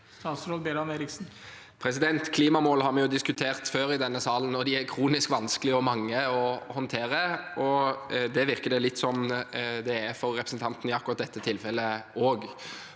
Kli- mamål har vi jo diskutert før i denne salen. De er kronisk vanskelige og mange å håndtere. Det virker det litt som det er for representanten også i dette tilfellet.